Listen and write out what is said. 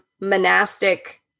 monastic